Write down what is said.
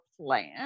plan